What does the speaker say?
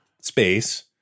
space